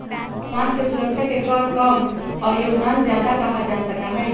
समाज के सुरक्षा के कर कम और योगदान ज्यादा कहा जा सका हई